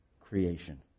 Creation